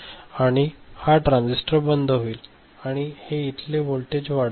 आणि हा ट्रान्झिस्टर बंद होईल आणि हे इथेले व्होल्टेज वाढवेल